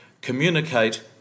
communicate